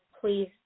please